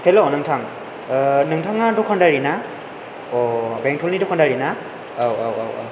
हेल' नोंथां नोंथाङा दखानदारि ना अ बेंथलनि दखानदारिना औ औ औ